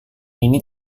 ini